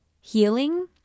healing